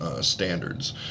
Standards